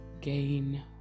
gain